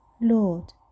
Lord